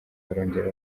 barongera